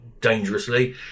dangerously